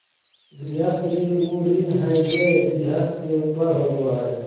गृहस्थ ऋण उ ऋण हइ जे गृहस्थ के ऊपर होबो हइ